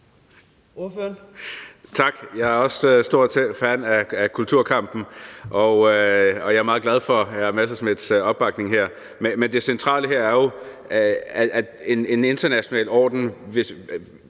Knuth (KF): Tak. Jeg er også selv stor fan af »Kulturkampen«, og jeg er meget glad for hr. Morten Messerschmidts opbakning. Men det centrale her er jo, at en international orden er